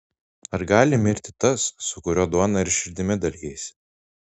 ar gali mirti tas su kuriuo duona ir širdimi dalijaisi